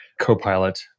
Copilot